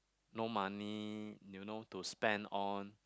no money you know to spend on